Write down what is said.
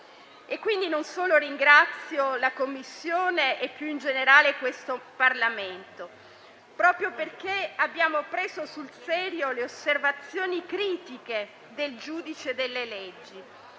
amministrativo. Ringrazio la Commissione e più in generale questo Parlamento non solo perché abbiamo preso sul serio le osservazioni critiche del giudice delle leggi,